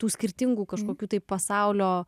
tų skirtingų kažkokių tai pasaulio